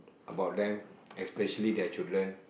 about them especially their children